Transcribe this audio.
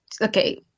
Okay